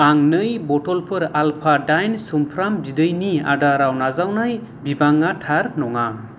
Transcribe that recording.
आं नै बथ'लफोर आल्फा दाइन सुमफ्राम बिदैनि आर्डाराव नाजावनाय बिबाङा थार नङा